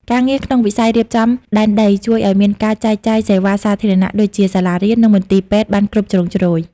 ការងារក្នុងវិស័យរៀបចំដែនដី ជួយឱ្យមានការចែកចាយសេវាសាធារណៈដូចជា សាលារៀន និងមន្ទីរពេទ្យបានគ្រប់ជ្រុងជ្រោយ។